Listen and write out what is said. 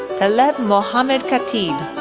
talib mohammad kateeb,